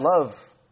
love